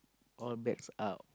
all best out